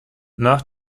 nach